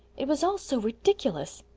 it was all so ridiculous.